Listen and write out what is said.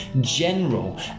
general